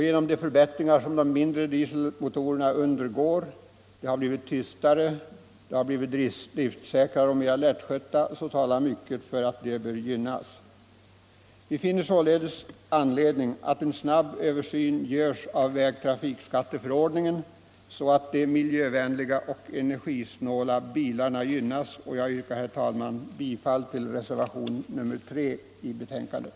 Genom de förbättringar som även de mindre dieselmotorerna undergår — de har blivit tystare, driftsäkrare och mera lättskötta — talar mycket för att de bör gynnas. Vi finner således anledning föreslå att en snabb översyn görs av vägtrafikskatteförordningen, så att de miljövänliga och energisnåla bilarna gynnas. Jag yrkar därför, herr talman, bifall till reservationen 3 som är fogad till betänkandet.